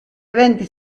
eventi